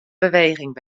beweging